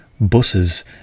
buses